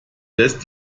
lässt